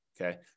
Okay